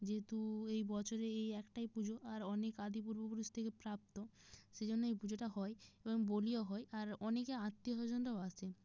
যেহেতু এই বছরে এই একটাই পুজো আর অনেক আদি পূর্বপুরুষ থেকে প্রাপ্ত সেই জন্য এই পুজোটা হয় এবং বলিও হয় আর অনেকে আত্মীয়স্বজনরাও আসে